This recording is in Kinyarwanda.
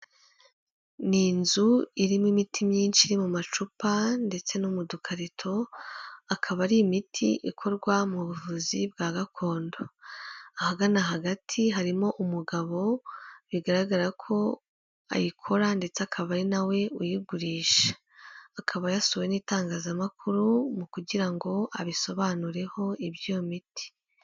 Ni inzu irimo imiti myinshi iri mu macupa ndetse no mu dukarito, akaba ari imiti ikorwa mu buvuzi bwa gakondo. Ahagana hagati harimo umugabo, bigaragara ko ayikora ndetse akaba ari na we uyigurisha. Akaba yasuwe n'itangazamakuru mu kugira ngo abisobanureho iby'iyo miti.